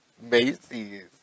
Macy's